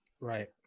Right